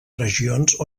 regions